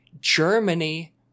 Germany